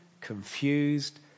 confused